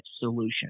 solution